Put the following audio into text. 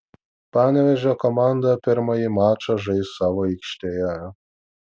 panevėžio komanda pirmąjį mačą žais savo aikštėje